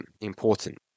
important